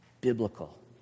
Biblical